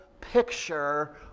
picture